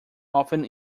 often